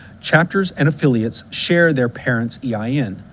chapters and affiliates share their parents yeah ein,